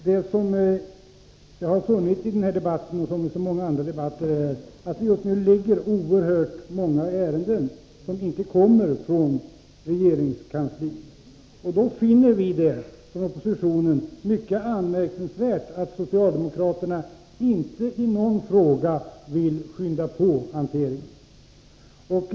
Herr talman! Det som framkommit i den här debatten och i många andra debatter är att det just nu ligger oerhört många ärenden i regeringskansliet som inte blir färdigbehandlade. Från oppositionen finner vi det mycket anmärkningsvärt att socialdemokraterna inte i någon fråga vill skynda på hanteringen.